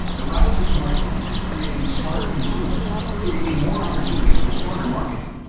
the rise of smart phones is creating smarter consumers, creating more opportunity for smarter marketing.